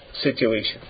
situation